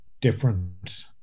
different